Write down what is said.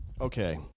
Okay